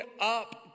up